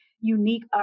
unique